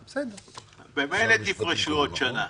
ממילא תפרשו בעוד שנה,